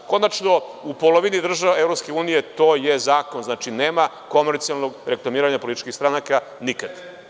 Konačno, u polovini država EU to je zakon, znači, nema komercijalnog reklamiranja političkih stranaka nikad.